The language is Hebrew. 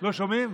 לא שומעים?